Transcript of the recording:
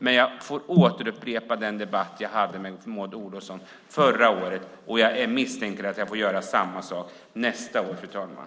Men jag får upprepa den debatt jag förde med Maud Olofsson förra året, och jag misstänker att jag får göra samma sak nästa år, fru talman.